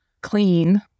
clean